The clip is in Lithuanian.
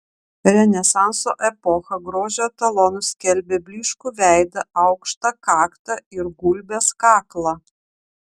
renesanso epocha grožio etalonu skelbė blyškų veidą aukštą kaktą ir gulbės kaklą